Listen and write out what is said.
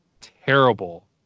terrible